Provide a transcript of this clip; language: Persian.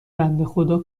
بندهخدا